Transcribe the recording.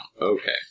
Okay